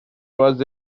was